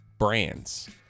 brands